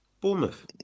Bournemouth